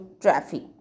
traffic